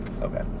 Okay